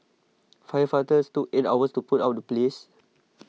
firefighters took eight hours to put out the blaze